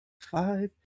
five